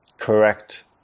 correct